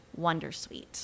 Wondersuite